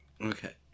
Okay